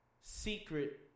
secret